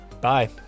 Bye